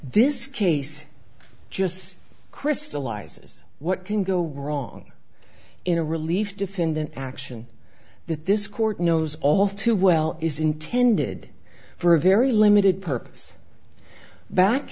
this case just crystallizes what can go wrong in a relief defend an action that this court knows all too well is intended for a very limited purpose back